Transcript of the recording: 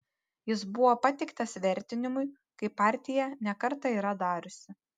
jis buvo pateiktas vertinimui kaip partija ne kartą yra dariusi